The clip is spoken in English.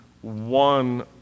one